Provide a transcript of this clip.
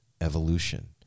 evolution